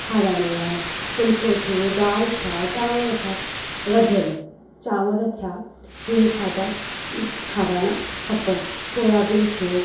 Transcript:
खाराइणो आहे फुल्को थियो दाल थिया चांवर थिया व रधियल चांवर थिया इहे खाधा खाराइणा खपनि सोयाबीन थियो